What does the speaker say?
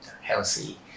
Healthy